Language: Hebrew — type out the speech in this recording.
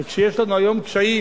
וכשיש לנו היום קשיים,